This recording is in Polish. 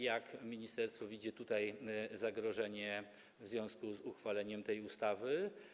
Jak ministerstwo widzi tutaj to zagrożenie w związku z uchwaleniem tej ustawy?